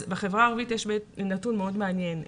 בחברה הערבית יש נתון מאוד מעניין.